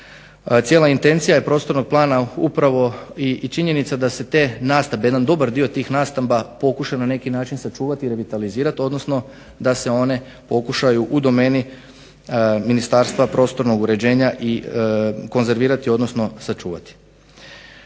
Cijela intencija je prostornog plana upravo činjenica da se jedan dobar dio tih nastamba pokuša na neki način sačuvati i revitalizirati odnosno da se one pokušaju u domeni ministarstva prostornog uređenja konzervirati odnosno sačuvati.